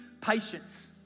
patience